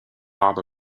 bob